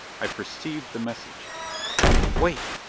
i perceived the message wait!